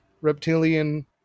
reptilian